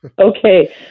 Okay